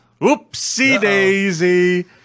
Oopsie-daisy